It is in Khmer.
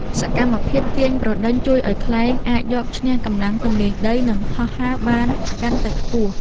សកម្មភាព ទាញប្រដេញ ជួយឱ្យខ្លែងអាចយកឈ្នះកម្លាំងទំនាញដី និងហោះហើរបានកាន់តែខ្ពស់។